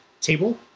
table